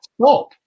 stop